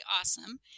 awesome